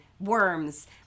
worms